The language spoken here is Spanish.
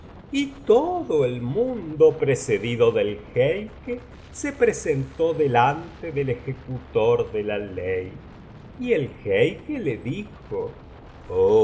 y todo el mundo precedido del jeique se presentó delante del ejecutor de la ley y el jeique le dijo